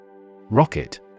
Rocket